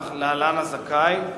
להלן: הזכאי,